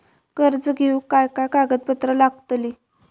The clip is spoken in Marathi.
कर्ज घेऊक काय काय कागदपत्र लागतली?